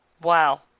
Wow